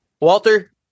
Walter